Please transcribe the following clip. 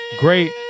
Great